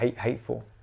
hateful